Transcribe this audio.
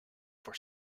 for